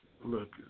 Look